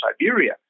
Siberia